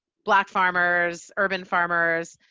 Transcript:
black farmers, urban farmers,